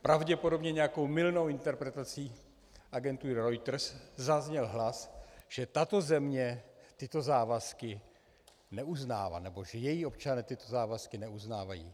Pravděpodobně nějakou mylnou interpretací agentury Reuters zazněl hlas, že tato země tyto závazky neuznává, nebo že její občané tyto závazky neuznávají.